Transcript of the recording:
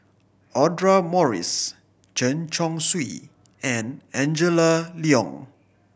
Audra Morrice Chen Chong Swee and Angela Liong